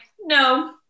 no